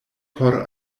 por